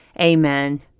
Amen